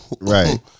Right